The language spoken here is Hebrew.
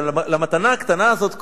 למתנה הקטנה הזאת קוראים,